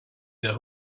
get